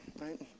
right